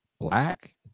black